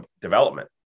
development